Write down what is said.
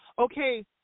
okay